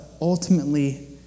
ultimately